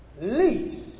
least